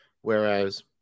Whereas